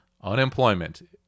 Unemployment